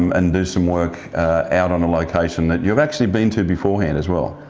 um and do some work out on a location that you've actually been to before hand as well.